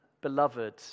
beloved